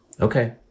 Okay